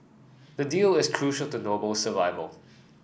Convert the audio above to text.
the deal is crucial to Noble survival